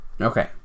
Okay